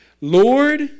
Lord